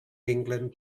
england